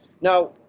Now